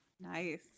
Nice